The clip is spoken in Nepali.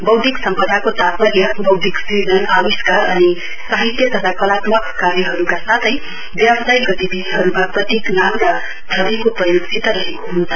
वौद्धिक सम्पदाको तात्पर्य वौद्धियक सृजन आविस्कार अनि साहित्य तथा कलात्मक कार्यहरूका साथै व्यावसायिक गतिविधिहरूमा प्रतीक नाम र छविको प्रयोगसित रहेको हुन्छ